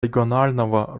регионального